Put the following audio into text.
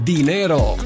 Dinero